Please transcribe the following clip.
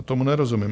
Tomu nerozumím.